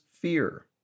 fear